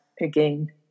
again